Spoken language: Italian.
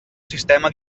sistema